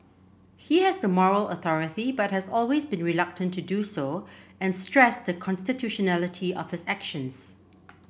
he has the moral authority but has always been reluctant to do so and stressed the constitutionality of his actions